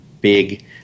big